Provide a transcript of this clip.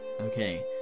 okay